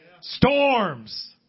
Storms